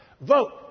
Vote